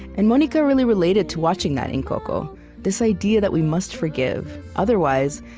and monica really related to watching that in coco this idea that we must forgive otherwise,